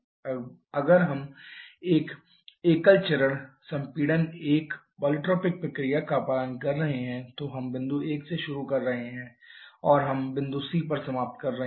अब अगर हम एक एकल चरण संपीड़न एक पॉलीट्रॉपिक प्रक्रिया का पालन कर रहे हैं तो हम बिंदु 1 से शुरू कर रहे हैं और हम बिंदु C पर समाप्त कर रहे हैं